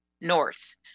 north